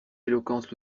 éloquence